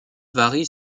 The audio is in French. varient